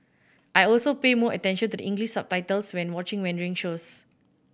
I also pay more attention to the English subtitles when watching Mandarin shows